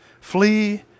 flee